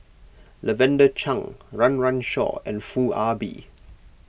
Lavender Chang Run Run Shaw and Foo Ah Bee